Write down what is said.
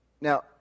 Now